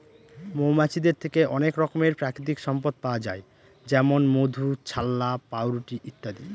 মৌমাছিদের থেকে অনেক রকমের প্রাকৃতিক সম্পদ পাওয়া যায় যেমন মধু, ছাল্লা, পাউরুটি ইত্যাদি